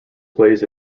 plays